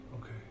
Okay